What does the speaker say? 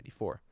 1994